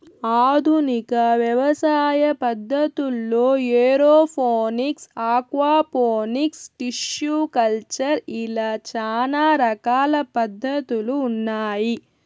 ఆధునిక వ్యవసాయ పద్ధతుల్లో ఏరోఫోనిక్స్, ఆక్వాపోనిక్స్, టిష్యు కల్చర్ ఇలా చానా రకాల పద్ధతులు ఉన్నాయి